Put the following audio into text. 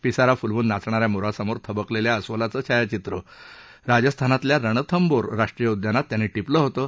पिसारा फुलवून नाचणाऱ्या मोरासमोर थबकलेल्या अस्वलाचं छायाचित्र राजस्थानातल्या रणथंबोर राष्ट्रीय उद्यानात त्यांनी टिपलं होतं